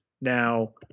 now